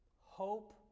Hope